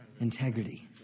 Integrity